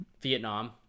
Vietnam